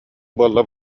буолла